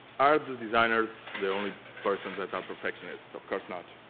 are the designers the only persons that are perfectionists of course not